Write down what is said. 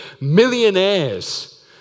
millionaires